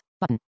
Button